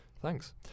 Thanks